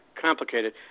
complicated